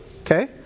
okay